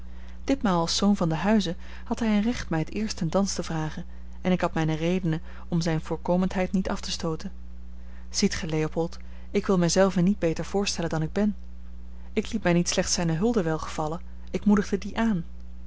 ditmaal als zoon van den huize had hij een recht mij het eerst ten dans te vragen en ik had mijne redenen om zijn voorkomendheid niet af te stooten ziet gij leopold ik wil mij zelve niet beter voorstellen dan ik ben ik liet mij niet slechts zijne hulde welgevallen ik moedigde die aan